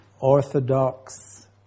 Orthodox